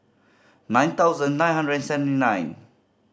nine thousand nine hundred and seventy nine